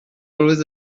always